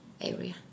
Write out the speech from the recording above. area